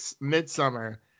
midsummer